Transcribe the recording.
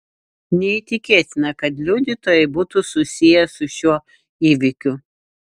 neįtikėtina kad liudytojai būtų susiję su šiuo įvykiu